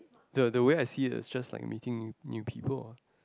the the way I see it is just like meeting new new people ah